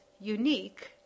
unique